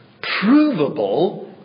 provable